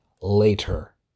later